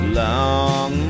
long